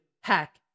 Hack